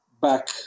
back